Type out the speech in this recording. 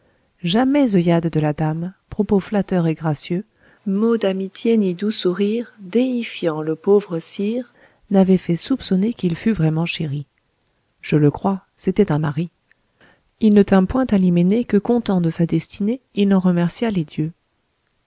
jamais œillade de la dame propos flatteur et gracieux mot d'amitié ni doux sourire déifiant le pauvre sire n'avaient fait soupçonner qu'il fût vraiment chéri je le crois c'était un mari il ne tint point à l'hyménée que content de sa destinée il n'en remerciât les dieux